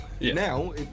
now